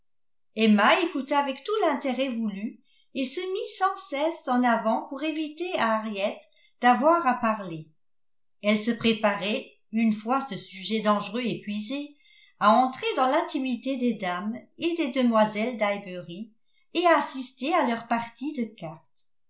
emma écouta avec tout l'intérêt voulu et se mit sans cesse en avant pour éviter à harriet d'avoir à parler elle se préparait une fois ce sujet dangereux épuisé à entrer dans l'intimité des dames et des demoiselles d'highbury et à assister à leurs parties de cartes